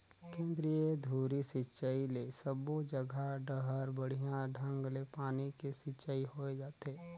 केंद्रीय धुरी सिंचई ले सबो जघा डहर बड़िया ढंग ले पानी के सिंचाई होय जाथे